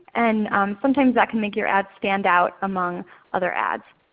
and sometimes that can make your ad stand out among other ads.